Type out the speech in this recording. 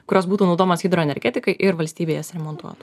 kurios būtų naudojamos hidroenergetikai ir valstybė jas remontuotų